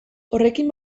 horrekin